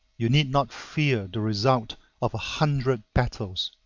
you need not fear the result of a hundred battles.